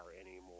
anymore